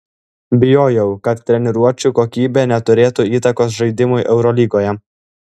bijojau kad treniruočių kokybė neturėtų įtakos žaidimui eurolygoje